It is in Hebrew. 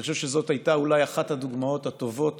אני חושב שזאת הייתה אולי אחת הדוגמאות הטובות